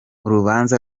urubanza